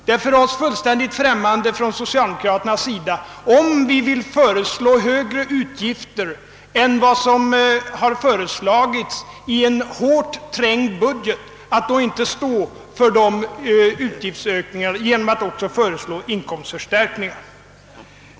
Det är för oss på den socialdemokratiska sidan fullständigt främmande om vi vill föreslå högre utgifter än vad som har upptagits i en hårt trängd budget, att inte stå för utgiftsökningarna genom att också anvisa inkomstförstärkningar.